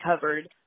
covered